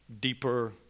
deeper